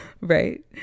Right